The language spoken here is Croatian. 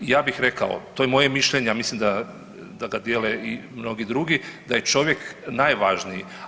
Ja bih rekao, to je moje mišljenje, a mislim da ga dijele i mnogi drugi, da je čovjek najvažniji.